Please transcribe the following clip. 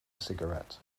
cigarette